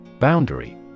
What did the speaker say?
Boundary